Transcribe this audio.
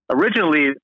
originally